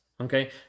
Okay